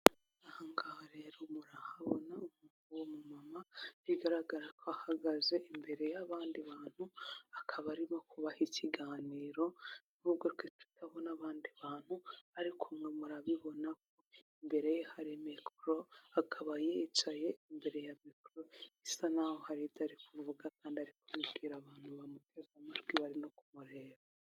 Aha ngaha rero murahabona umugore w' umama, bigaragara ko ahagaze imbere y'abandi bantu, akaba arimo kubaha ikiganiro, n'ubwo twe tutabona n'abandi bantu ariko mwe murabibona imbere ye hari mikoro, akaba yicaye imbere ya mikoro isa n'aho hari ibyo ari kuvuga, kandi ari kubibwira abantu bamuteze amatwi barimo kumureba.